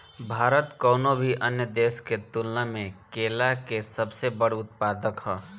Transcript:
भारत कउनों भी अन्य देश के तुलना में केला के सबसे बड़ उत्पादक ह